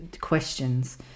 questions